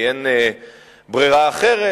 כי אין ברירה אחרת.